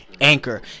Anchor